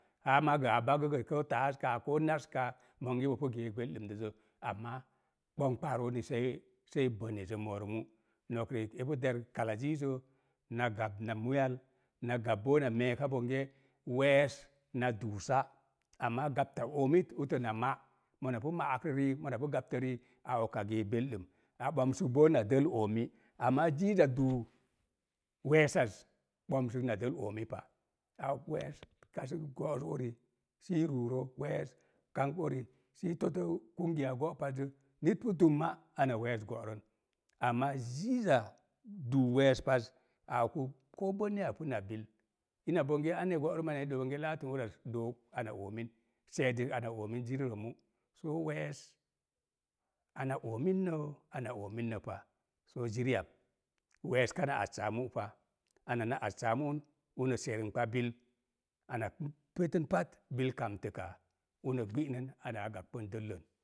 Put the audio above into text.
Haa maa gə a bagə gə koo taaz kaa koo naz kaa monge bo pu geek belɗumdəzə, amma ɓomka rookrə sei sei bonezə mo̱o̱rə mu. No̱k riik epu derk kala ziizə na gap na muyal, na gap boo na me̱e̱ka bonge we̱e̱s na duu sa, amma gapta oomit utə na ma, mona pu ma'akrə rii, mona pu gaptə rii a og a geek belɗum, a bomsək boo na dəl oomi. Amma ziiza duu we̱e̱saz bomsək na dəl oomi pa. Au koo kave̱e̱s kasək koo ori sə i ruurə. We̱e̱s kamkp ori sə i todə kungiyaa go̱'pazzə, nit pu tumma sə we̱e̱s go̱'rə, amma zuza duu we̱e̱s paz a oku koo bonneya puna bil. Ina anni go̱'rəmya? I dook bonge laatən ura az, dook ana oomin, seedək ana oomin ziri rə mu, soo we̱e̱s ana oominnə, ana oomin nə pa. Soo ziir am, we̱e̱s kana assa mu'pa. ana na assaa mu'un uno serumkpa bilana pu. Pitin pat bil kamtə kaa. Uno gbi'nən ara a gakkpən dəllə